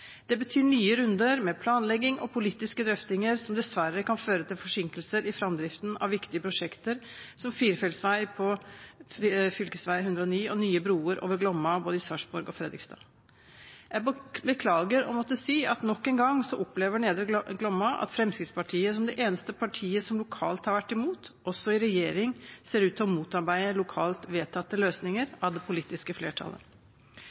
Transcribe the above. Det betyr nye runder med planlegging og politiske drøftinger, som dessverre kan føre til forsinkelser i framdriften av viktige prosjekter, som firefelts vei på fv. 109 og nye broer over Glomma i både Sarpsborg og Fredrikstad. Jeg beklager å måtte si at nok en gang opplever Nedre Glomma at Fremskrittspartiet, som det eneste partiet som lokalt har vært imot, også i regjering ser ut til å motarbeide lokalt vedtatte løsninger fra det politiske flertallet.